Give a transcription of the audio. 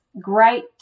great